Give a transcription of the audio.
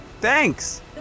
Thanks